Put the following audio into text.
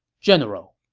general,